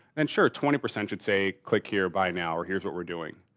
and sure, twenty percent should say click here, buy now, or here's what we're doing.